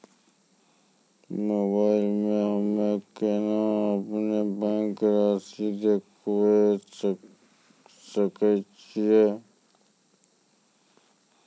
Mobile मे हम्मय केना अपनो बैंक रासि देखय सकय छियै?